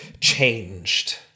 changed